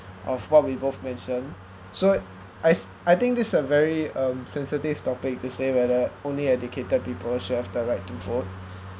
of what we both mentioned so I I think this is a very um sensitive topic to say whether only educated people should have the right to vote